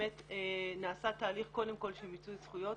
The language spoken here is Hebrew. באמת נעשה תהליך קודם כל של מיצוי זכויות,